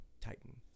Titan